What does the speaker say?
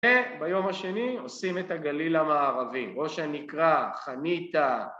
וביום השני עושים את הגליל המערבי, ראש הנקרא, חניתה